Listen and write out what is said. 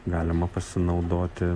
galima pasinaudoti